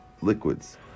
liquids